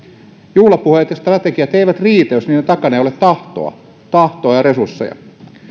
juhlapuheet ja strategiat eivät riitä jos niiden takana ei ole tahtoa tahtoa ja resursseja